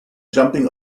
jumping